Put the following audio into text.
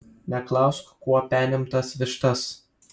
neklausk kuo penim tas vištas